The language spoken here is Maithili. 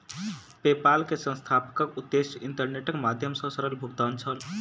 पेपाल के संस्थापकक उद्देश्य इंटरनेटक माध्यम सॅ सरल भुगतान छल